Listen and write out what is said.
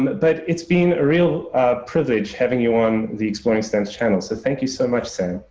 but it's been a real privilege having you on the exploring stamps channel. so thank you so much, sam.